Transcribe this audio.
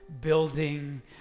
building